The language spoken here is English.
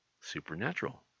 Supernatural